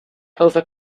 over